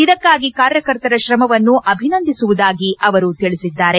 ಇದಕ್ಕಾಗಿ ಕಾರ್ಯಕರ್ತರ ಶ್ರಮವನ್ನು ಅಭಿನಂದಿಸುವುದಾಗಿ ಅವರು ತಿಳಿಸಿದ್ದಾರೆ